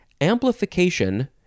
amplification